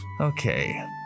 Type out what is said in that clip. Okay